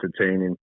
entertaining